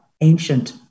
ancient